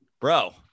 bro